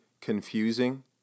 confusing